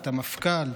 את המפכ"ל,